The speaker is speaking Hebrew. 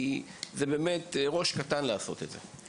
כי זה ראש קטן לעשות את זה.